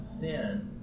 sin